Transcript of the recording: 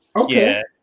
Okay